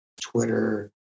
twitter